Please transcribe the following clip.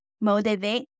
motivate